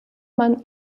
man